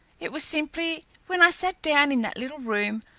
it was simply when i sat down in that little room,